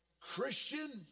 Christian